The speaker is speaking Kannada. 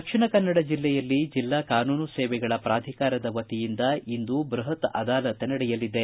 ದಕ್ಷಿಣ ಕನ್ನಡ ಜಿಲ್ಲೆಯಲ್ಲಿ ಜಿಲ್ಲಾ ಕಾನೂನು ಸೇವೆಗಳ ಪ್ರಾಧಿಕಾರದ ವತಿಯಿಂದ ಇಂದು ಬೃಹತ್ ಅದಾಲತ್ ನಡೆಯಲಿದೆ